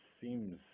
seems